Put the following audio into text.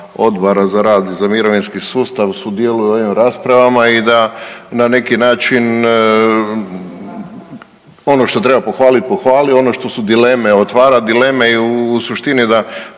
Odbora za rad i mirovinski sustav sudjeluje u ovim raspravama i da na neki način ono što treba pohvalit, pohvali, ono što su dileme otvara dileme i u suštini da